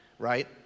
Right